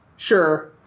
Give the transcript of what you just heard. Sure